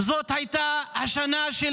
זאת הייתה השנה של